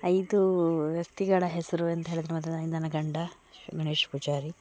ಐದೂ ವ್ಯಕ್ತಿಗಳ ಹೆಸರು ಅಂತ್ಹೇಳಿದ್ರ್ ಮೊದಲ್ನೇದಾಗಿ ನನ್ನ ಗಂಡ ಗಣೇಶ್ ಪೂಜಾರಿ